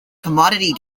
commodity